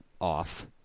off